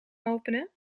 openen